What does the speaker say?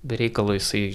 be reikalo jisai